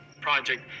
project